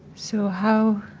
so how,